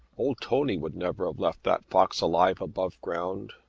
old tony would never have left that fox alive above ground.